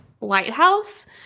lighthouse